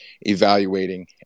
evaluating